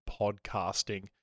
podcasting